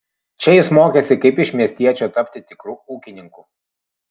čia jis mokėsi kaip iš miestiečio tapti tikru ūkininku